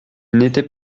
n’était